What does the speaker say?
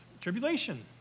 tribulation